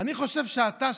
אני חושב שאתה,